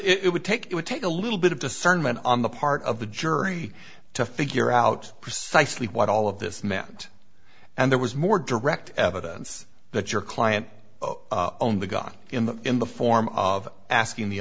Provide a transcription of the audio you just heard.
was it would take it would take a little bit of discernment on the part of the jury to figure out precisely what all of this meant and there was more direct evidence that your client only got in the in the form of asking the